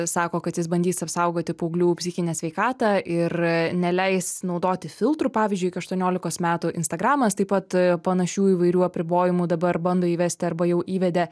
sako kad jis bandys apsaugoti paauglių psichinę sveikatą ir neleis naudoti filtrų pavyzdžiui iki aštuoniolikos metų instagramas taip pat panašių įvairių apribojimų dabar bando įvesti arba jau įvedė